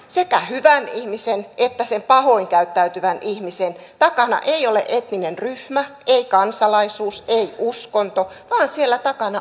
sekä hyvän ihmisen että sen pahoin käyttäytyvän ihmisen takana ei ole etninen ryhmä ei kansalaisuus ei uskonto vaan siellä takana on yksilö